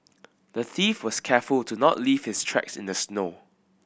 the thief was careful to not leave his tracks in the snow